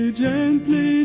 gently